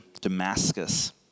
Damascus